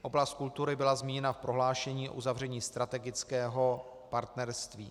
Oblast kultury byla zmíněna v prohlášení o uzavření strategického partnerství.